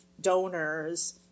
donors